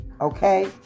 Okay